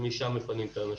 ומשם מפנים את האנשים.